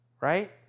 right